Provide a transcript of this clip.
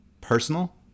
personal